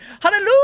Hallelujah